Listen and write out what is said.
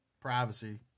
privacy